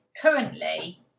Currently